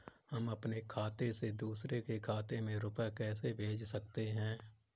हम अपने खाते से दूसरे के खाते में रुपये कैसे भेज सकते हैं?